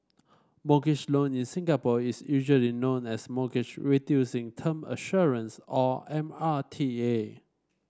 mortgage loan in Singapore is usually known as Mortgage Reducing Term Assurance or M R T A